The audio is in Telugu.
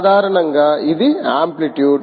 సాధారణంగా ఇది ఆంప్లిట్యూడ్